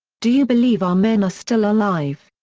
do you believe our men are still alive?